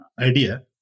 idea